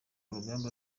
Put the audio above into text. urugamba